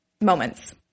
moments